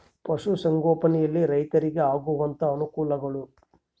ಪಶುಸಂಗೋಪನೆಯಲ್ಲಿ ರೈತರಿಗೆ ಆಗುವಂತಹ ಅನುಕೂಲಗಳು?